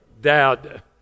Dad